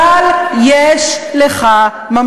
עשית כל כך הרבה,